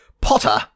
Potter